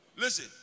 Listen